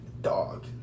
Dog